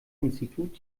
institut